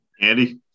Andy